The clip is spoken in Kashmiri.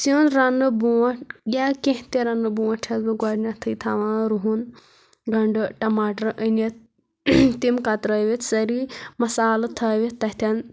سِیُن رنٕنہٕ برونٹھ یا کینٛہہ تہِ رنٕنہٕ برونٹھ چھَس بہٕ گۄڈنیتھٕے تھاوان رُہن گنڈٕ ٹماٹر أنِتھ تِم کترٲوِتھ سٲری مصالہٕ تھٲوِتھ تتھٮ۪ن